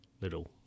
little